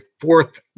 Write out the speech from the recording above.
fourth